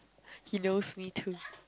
he knows me too